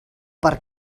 per